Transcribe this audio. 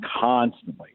constantly